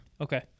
Okay